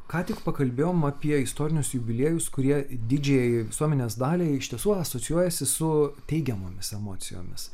ką tik pakalbėjom apie istorinius jubiliejus kurie didžiajai visuomenės daliai iš tiesų asocijuojasi su teigiamomis emocijomis